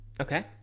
okay